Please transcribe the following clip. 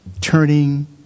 turning